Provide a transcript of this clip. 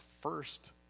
first